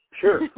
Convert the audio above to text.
Sure